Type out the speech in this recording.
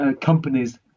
companies